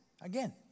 Again